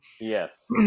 yes